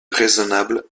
raisonnable